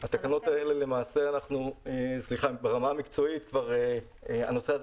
ברמה המקצועית הנושא הזה